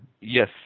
Yes